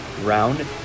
round